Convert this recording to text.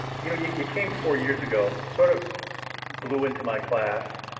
you know you you came four years ago, sort of blew into my class,